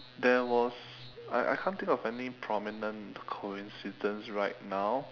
there was I I can't think of any prominent coincidence right now